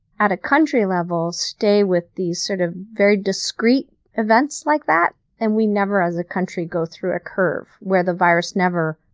at a country level, stay with these sort of very discreet events like that and we never as a country go through a curve where the virus never,